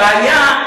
הבעיה,